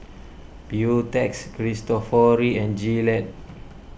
Beautex Cristofori and Gillette